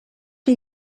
que